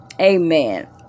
Amen